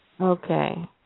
Okay